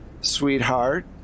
Sweetheart